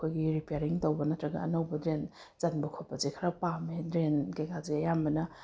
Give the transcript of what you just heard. ꯑꯩꯈꯣꯏꯒꯤ ꯔꯤꯄ꯭ꯌꯥꯔꯤꯡ ꯇꯧꯕ ꯅꯠꯇ꯭ꯔꯒ ꯑꯅꯧꯕ ꯗ꯭ꯔꯦꯟ ꯆꯟꯕ ꯈꯣꯠꯄꯁꯦ ꯈꯔ ꯄꯥꯝꯃꯦ ꯗ꯭ꯔꯦꯟ ꯀꯩꯀꯩꯁꯦ ꯑꯌꯥꯝꯕꯅ